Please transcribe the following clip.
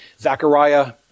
Zechariah